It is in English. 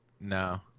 no